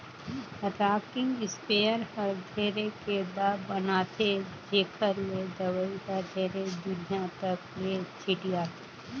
rocking sprayer हर ढेरे के दाब बनाथे जेखर ले दवई हर ढेरे दुरिहा तक ले छिटाथे